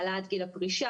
העלאת גיל הפרישה,